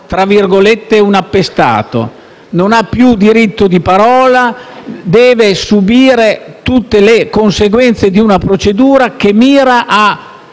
diventa un «appestato», non ha più il diritto di parola e deve subire tutte le conseguenze di una procedura che mira ad